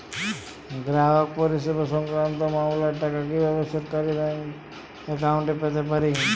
গ্রাহক পরিষেবা সংক্রান্ত মামলার টাকা কীভাবে সরাসরি ব্যাংক অ্যাকাউন্টে পেতে পারি?